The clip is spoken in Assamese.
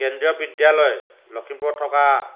কেন্দ্ৰীয় বিদ্যালয় লখিমপুৰত থকা